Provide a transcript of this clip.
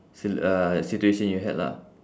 si~ uh situation you had lah